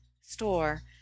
store